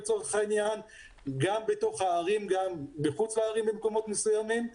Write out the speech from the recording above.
בתוך הערים ומחוץ לערים במקומות מסוימים.